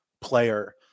player